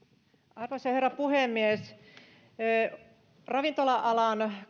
arvoisa herra puhemies kirjaus ravintola alan